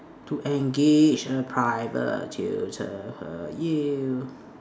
to engage a private tutor for you